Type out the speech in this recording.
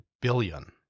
billion